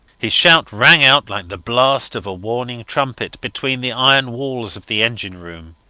his shout rang out like the blast of a warning trumpet, between the iron walls of the engine-room.